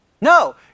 No